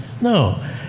No